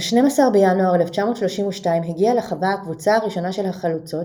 ב-12 בינואר 1932 הגיעה לחווה הקבוצה הראשונה של החלוצות,